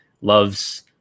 loves